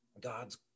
God's